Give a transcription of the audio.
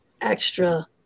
extra